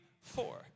four